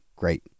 great